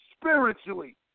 spiritually